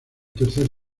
tercer